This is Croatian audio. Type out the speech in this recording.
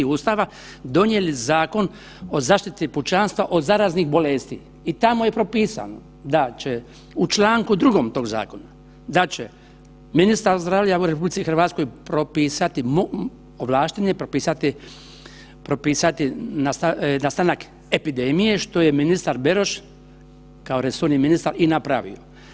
Ustava, donijeli Zakon o zaštiti pučanstva od zaraznih bolesti i tamo je propisano da će u čl. 2. tog zakona, da će ministar zdravlja u RH propisati, ovlašten je propisati nastanak epidemije, što je ministar Beroš kao resorni ministar i napravio.